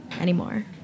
anymore